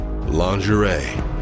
Lingerie